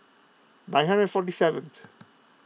nine hundred forty seventh